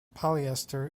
polyester